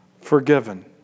Forgiven